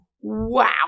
Wow